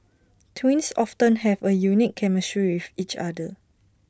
twins often have A unique chemistry with each other